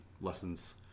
lessons